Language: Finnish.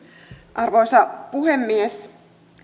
arvoisa puhemies